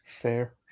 Fair